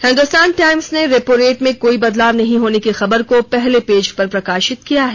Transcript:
Hindustan Times ने repo rate में कोई बदलाव नहीं होने की खबर को पहले पेज पर प्रकाशित किया है